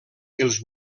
els